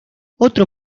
otro